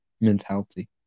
mentality